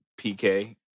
PK